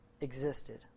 existed